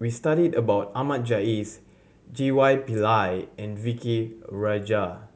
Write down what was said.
we studied about Ahmad Jais G Y Pillay and V Key Rajah